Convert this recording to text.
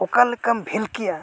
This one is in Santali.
ᱚᱠᱟᱞᱮᱠᱟᱢ ᱵᱷᱮᱞᱠᱤᱭᱟ